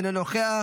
אינו נוכח,